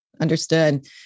Understood